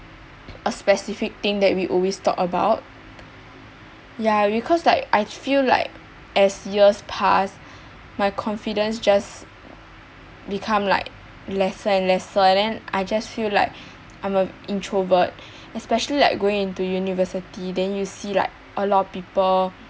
a specific thing that we always talk about ya because like I feel like as years pass my confidence just become like lesser and lesser and then I just feel like I'm a introvert especially like going into university then you see like a lot of people